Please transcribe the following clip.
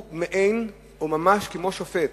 כל אחד מהם הוא מעין, או ממש כמו, שופט,